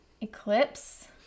Eclipse